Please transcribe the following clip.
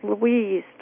Louise